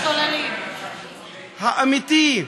האמיתי,